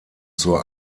zur